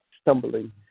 stumbling